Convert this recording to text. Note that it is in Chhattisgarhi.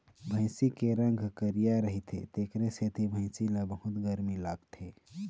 भइसी के रंग ह करिया रहिथे तेखरे सेती भइसी ल बहुत गरमी लागथे